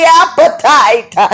appetite